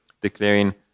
declaring